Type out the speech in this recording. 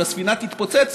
אם הספינה תתפוצץ,